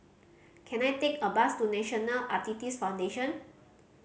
can I take a bus to National Arthritis Foundation